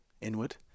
inward